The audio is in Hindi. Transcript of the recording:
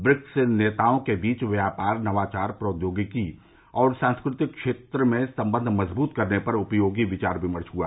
ब्रिक्स नेताओं ने के बीच व्यापार नवाचार प्रौद्योगिकी और सांस्कृतिक क्षेत्र में सम्बंध मजबूत करने पर उपयोगी विचार विमर्श हुआ